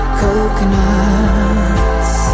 coconuts